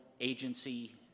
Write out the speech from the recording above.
agency